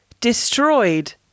destroyed